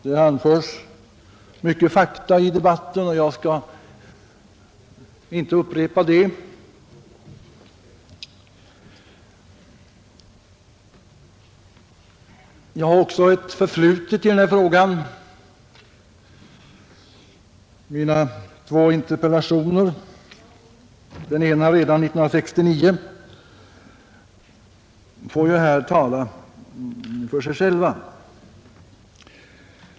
Det har anförts många fakta i debatten och jag skall inte upprepa dem. Även jag har ett förflutet i denna fråga. Mina två interpellationer, den ena redan 1969, får här tala för sig själva.